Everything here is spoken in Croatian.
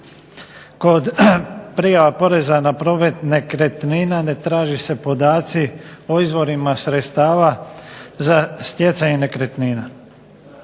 kod prijava poreza na promet nekretnina ne traže se podaci o izvorima sredstava za stjecanje nekretnina.